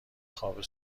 خواب